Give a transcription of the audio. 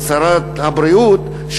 שרת הבריאות,